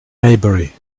maybury